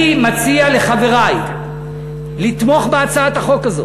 אני מציע לחברי לתמוך בהצעת החוק הזאת.